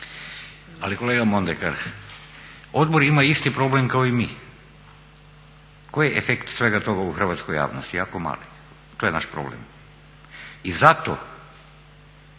Ali kolega Mondekar odbor ima isti problem kao i mi koji je efekt svega toga u hrvatskoj javnosti? Jako mali. To je naš problem. I zato